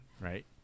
right